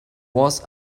was